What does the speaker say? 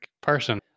person